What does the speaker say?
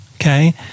okay